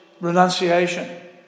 renunciation